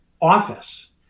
office